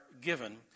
given